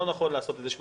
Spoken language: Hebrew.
לא נכון לעשות את זה.